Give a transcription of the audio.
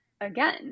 again